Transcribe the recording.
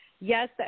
Yes